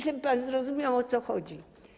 Żeby pan zrozumiał, o co chodzi.